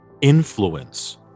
influence